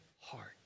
heart